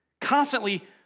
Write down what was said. Constantly